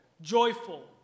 joyful